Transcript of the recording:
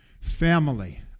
family